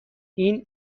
این